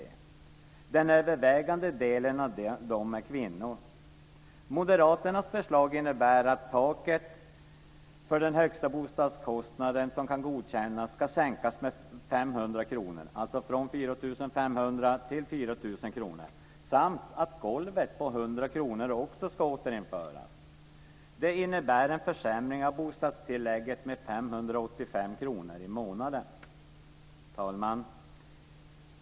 Den övervägande delen av dem är kvinnor. Moderaternas förslag innebär att taket för den högsta bostadskostnad som kan godkännas ska sänkas med 500 kr, alltså från 4 500 till 4 000 kr, samt också att golvet på 100 kr ska återinföras. Det innebär en försämring av bostadstillägget med 585 kr i månaden. Fru talman!